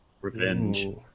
Revenge